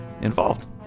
involved